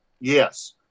yes